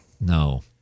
No